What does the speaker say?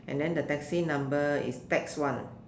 and then the taxi number is tax one